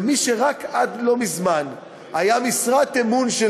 ומי שרק עד לא מזמן היה משרת אמון של